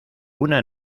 una